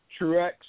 Truex